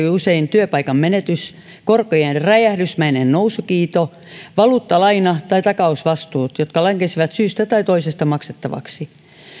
usein työpaikan menetys korkojen räjähdysmäinen nousukiito valuuttalaina tai takausvastuut jotka lankesivat syystä tai toisesta maksettavaksi